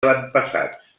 avantpassats